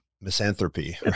misanthropy